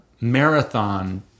marathon